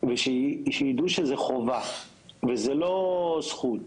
ושיידעו שזה חובה, וזה לא זכות,